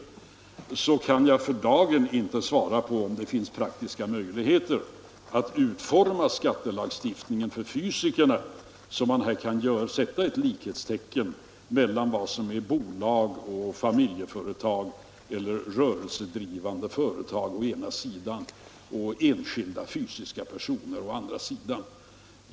Jag kan för dagen inte säga om det finns några praktiska möjligheter att utforma skattelagstiftningen för ”fysikerna” så att man kan sätta ett likhetstecken mellan bolag, familjeföretag eller andra rörelsedrivande företag å ena sidan och enskilda fysiska personer å andra sidan.